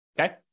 okay